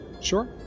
Sure